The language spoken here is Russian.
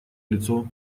лицо